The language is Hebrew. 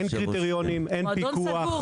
אין קריטריונים ואין פיקוח.